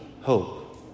hope